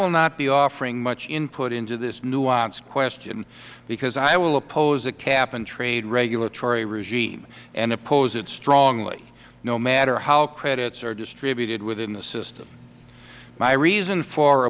not be offering much input into this nuance question because i will oppose a cap and trade regulatory regime and oppose it strongly no matter how credits are distributed within the system my reason for